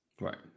right